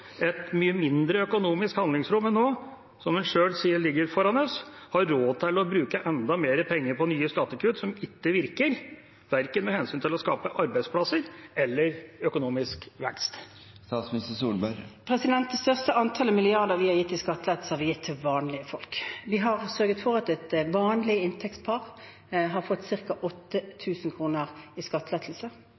et mye mindre økonomisk handlingsrom enn nå, som en sjøl sier ligger foran oss, har råd til å bruke enda mer penger på nye skattekutt som ikke virker, verken med hensyn til å skape arbeidsplasser eller økonomisk vekst? Det største antallet milliarder vi har gitt i skattelettelser, har vi gitt til vanlige folk. Vi har sørget for at et par med vanlig inntekt har fått ca. 8 000 kr i skattelettelse.